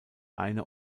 eine